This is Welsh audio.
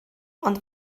ond